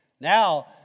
Now